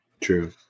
True